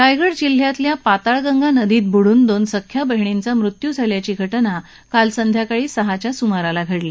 रायगड जिल्ह्यातल्या पाताळगंगा नदीत बुडून दोन सख्या बहिणींचा मृत्यू झाल्याची घटना काल संध्याकाळी सहाच्या सुमाराला घडली